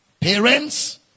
Parents